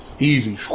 Easy